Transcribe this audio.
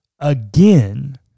Again